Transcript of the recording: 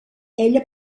ella